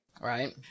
Right